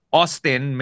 Austin